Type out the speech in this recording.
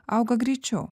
auga greičiau